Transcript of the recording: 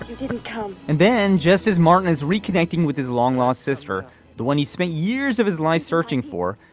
didn't come. and then just as martin is reconnecting with his long lost sister the one he spent years of his life searching for.